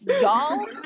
Y'all